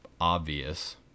obvious